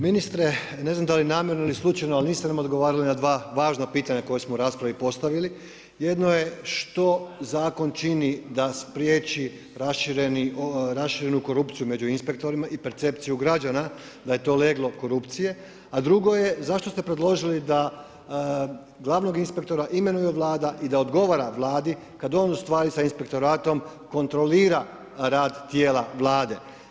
Ministre, ne znam da li namjerno ili slučajno, ali niste nam odgovorili na 2 važna pitanja koja smo u raspravi postavili, jedno je što zakon čini da spriječi raširenu korupciju među inspektorima i percepciju građana da je to leglo korupcije, a drugo je, zašto ste predložili da glavnog inspektora imenuje vlada i da odgovara vladi, kada on ustvari sa inspektoratom kontrolira rad tijela Vlade.